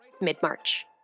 mid-March